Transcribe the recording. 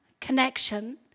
connection